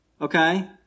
Okay